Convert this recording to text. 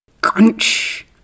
crunch